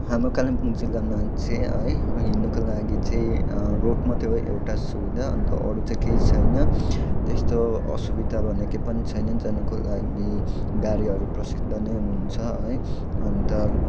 हाम्रो कालिम्पोङ जिल्लामा चाहिँ है हिँड्नुको लागि चाहिँ रोड मात्रै हो एउटा सुविधा अन्त अरू त केही छैन त्यस्तो असुविधा भने के पनि छैन जानुको लागि गाडीहरू प्रसिद्ध नै हुनुहुन्छ है अन्त